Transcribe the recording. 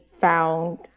found